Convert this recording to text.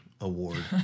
award